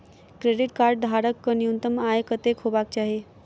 Credit card धारक कऽ न्यूनतम आय कत्तेक हेबाक चाहि?